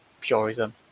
purism